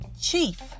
chief